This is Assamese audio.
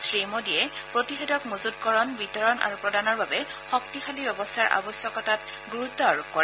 শ্ৰীমোডীয়ে প্ৰতিষেধক মজুতকৰণ বিতৰণ আৰু প্ৰদানৰ বাবে শক্তিশালী ব্যৱস্থাৰ আৱশ্যকতাত গুৰুত্ব আৰোপ কৰে